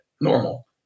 normal